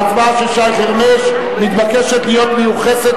ההצבעה של שי חרמש מתבקשת להיות מיוחסת